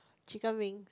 chicken wings